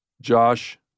Josh